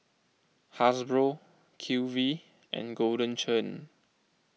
Hasbro Q V and Golden Churn